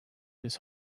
this